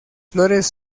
flores